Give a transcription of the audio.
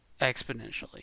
exponentially